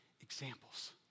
examples